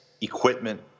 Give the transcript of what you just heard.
equipment